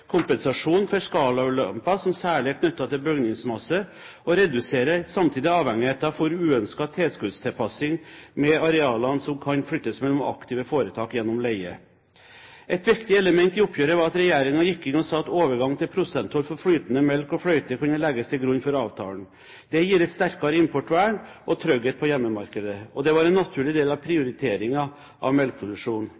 kompensasjonen for skalaulemper, som særlig er knyttet til bygningsmassen, og reduserer samtidig muligheten for uønsket tilskuddstilpasning med arealene som kan flyttes mellom aktive foretak gjennom leie. Et viktig element i oppgjøret var at regjeringen gikk inn og sa at overgang til prosenttoll for flytende melk og fløte kunne legges til grunn for avtalen. Det gir et sterkere importvern og trygghet på hjemmemarkedet. Og det var en naturlig del av